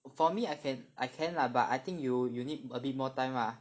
for me I can I can lah but I think you you need a bit more time lah